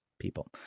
people